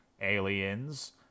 aliens